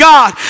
God